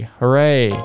Hooray